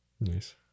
Nice